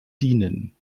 dienen